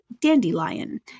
Dandelion